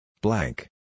Blank